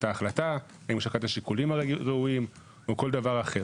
ההחלטה האם הוא שקל את השיקולים הראויים או כל דבר אחר.